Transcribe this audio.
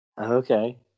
Okay